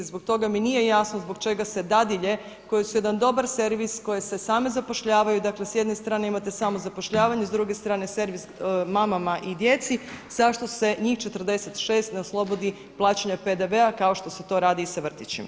Zbog toga mi nije jasno zbog čega se dadilje koje su jedan dobar servis, koje se same zapošljavaju dakle s jedne strane imate samozapošljavanje, s druge strane servis mamama i djeci, zašto se njih 46 ne oslobodi plaćanja PDV-a kao što se to radi i sa vrtićima.